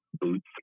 boots